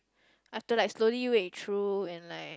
I have to like slowly wait through and like